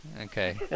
Okay